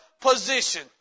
position